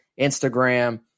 Instagram